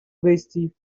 بایستی